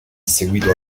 seguito